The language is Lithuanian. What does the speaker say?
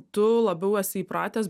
tu labiau esi įpratęs